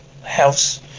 House